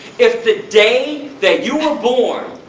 if the day that you were born,